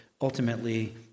ultimately